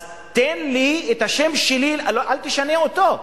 אז תן לי את השם לי, אל תשנה אותו.